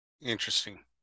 Interesting